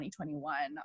2021